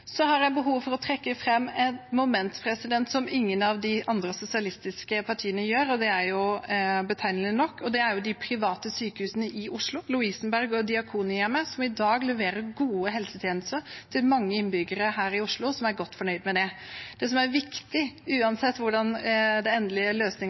har behov for å trekke fram et moment som ingen av de andre, sosialistiske, partiene gjør – betegnende nok – og det er de private sykehusene i Oslo, Lovisenberg og Diakonhjemmet, som i dag leverer gode helsetjenester til mange innbyggere her i Oslo som er godt fornøyde med det. Det som er viktig,